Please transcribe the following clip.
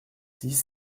six